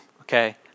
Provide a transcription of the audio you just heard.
okay